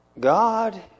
God